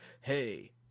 Hey